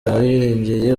ahirengeye